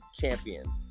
champion